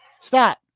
stop